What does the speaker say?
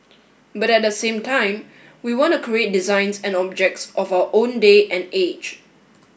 but at the same time we want to create designs and objects of our own day and age